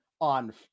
on